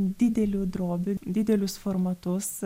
didelių drobių didelius formatus